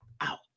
out